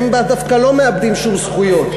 הם דווקא לא מאבדים שום זכויות,